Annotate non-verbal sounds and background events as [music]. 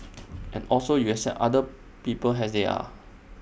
[noise] and also you accept other people as they are